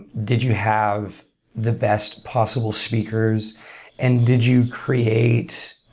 did you have the best possible speakers and did you create